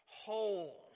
whole